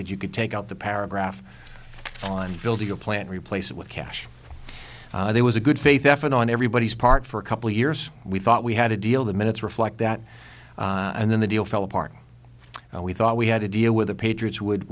that you could take out the paragraph on building a plant replace it with cash there was a good faith effort on everybody's part for a couple of years we thought we had a deal the minutes reflect that and then the deal fell apart and we thought we had to deal with the patriots w